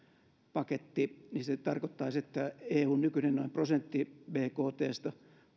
paketti niin se tarkoittaisi että eun nykyinen budjettivolyymi noin prosentti bktstä